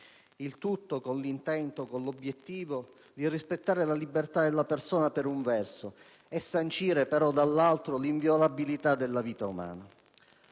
Il tutto con l'intento e l'obiettivo di rispettare la libertà e la persona per un verso, e sancire dall'altro l'inviolabilità della vita umana.